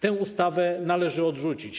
Tę ustawę należy odrzucić.